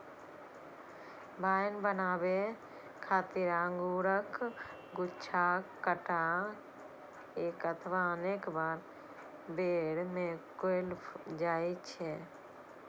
wine बनाबै खातिर अंगूरक गुच्छाक कटाइ एक अथवा अनेक बेर मे कैल जाइ छै